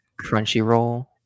Crunchyroll